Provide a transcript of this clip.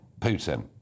Putin